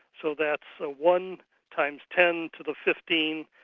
so that's so one times ten to the fifteen,